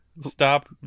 Stop